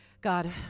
God